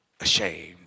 ashamed